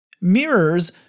Mirrors